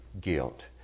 guilt